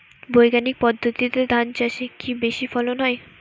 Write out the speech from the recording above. বৈজ্ঞানিক পদ্ধতিতে ধান চাষে কি বেশী ফলন হয়?